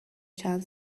چند